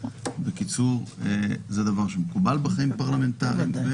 בקיצור, זה דבר שמקובל בחיים פרלמנטריים.